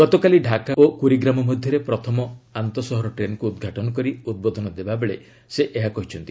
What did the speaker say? ଗତକାଲି ଢ଼ାକା ଓ କୁରୀଗ୍ରାମ ମଧ୍ୟରେ ପ୍ରଥମ ଆନ୍ତଃସହର ଟ୍ରେନ୍କୁ ଉଦ୍ଘାଟନ କରି ଉଦ୍ବୋଧନ ଦେବାବେଳେ ସେ ଏହା କହିଛନ୍ତି